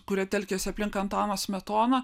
kurie telkėsi aplink antaną smetoną